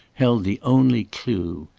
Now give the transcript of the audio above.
held the only clue.